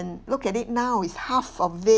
look at it now is half of it